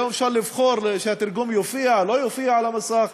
היום אפשר לבחור שהתרגום יופיע או לא יופיע על המסך,